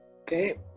Okay